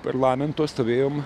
parlamento stovėjom